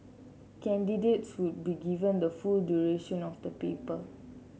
candidates would be given the full duration of the paper